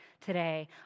today